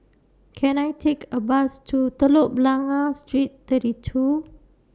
Can I Take A Bus to Telok Blangah Street thirty two